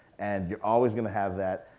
and you're always gonna have that.